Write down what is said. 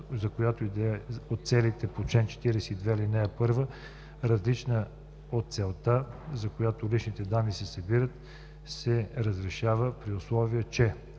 за която и да е от целите по чл. 42, ал. 1, различна от целта, за която личните данни са събрани, се разрешава, при условие че: